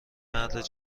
مرد